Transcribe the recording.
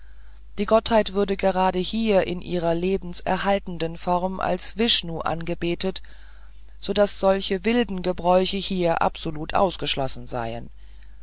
die gottheit würde gerade hier in ihrer lebenserhaltenden form als vishnu angebetet so daß solche wilden gebräuche hier absolut ausgeschlossen seien